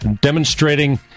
demonstrating